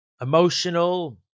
emotional